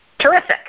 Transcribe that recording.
Terrific